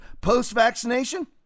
Post-vaccination